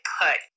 put